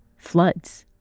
floods.